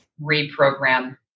reprogram